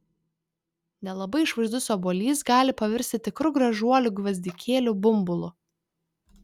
nelabai išvaizdus obuolys gali pavirsti tikru gražuoliu gvazdikėlių bumbulu